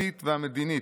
הדתית והמדינית,